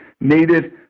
needed